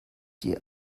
die